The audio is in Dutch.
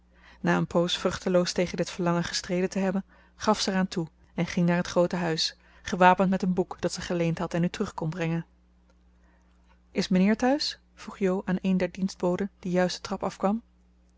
na een poos vruchteloos tegen dit verlangen gestreden te hebben gaf ze er aan toe en ging naar het groote huis gewapend met een boek dat ze geleend had en nu terug kon brengen is mijnheer thuis vroeg jo aan een der dienstboden die juist de trap afkwam